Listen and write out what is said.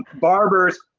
barber's,